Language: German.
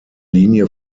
linie